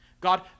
God